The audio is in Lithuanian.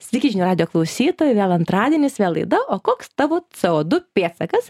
sveiki žinių radijo klausytojai vėl antradienis vėl laida o koks tavo co du pėdsakas